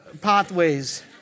pathways